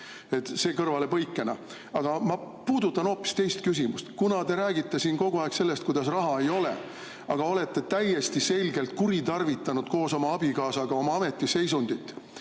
See kõrvalepõikena. Aga ma puudutan hoopis teist küsimust. Kuna te räägite siin kogu aeg sellest, kuidas raha ei ole, aga olete täiesti selgelt kuritarvitanud koos abikaasaga oma ametiseisundit